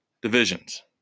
divisions